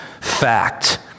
fact